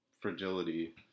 fragility